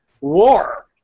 war